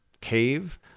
cave